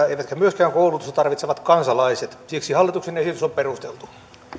eivätkä myöskään koulutusta tarvitsevat kansalaiset siksi hallituksen esitys on perusteltu